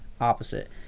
opposite